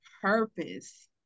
purpose